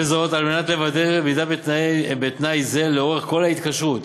וזאת על מנת לוודא עמידה בתנאי זה לאורך כל ההתקשרות.